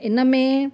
हिन में